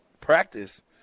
practice